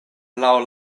laŭ